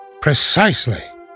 Precisely